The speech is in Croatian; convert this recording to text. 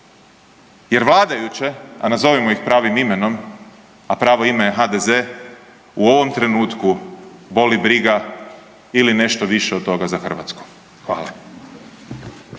jer vladajuće, a nazovimo ih pravim imenom, a pravo ime je HDZ, u ovom trenutku boli briga ili nešto više od toga za Hrvatsku. Hvala.